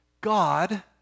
God